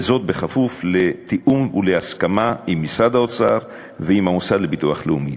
וזאת בכפוף לתיאום ולהסכמה עם משרד האוצר ועם המוסד לביטוח לאומי.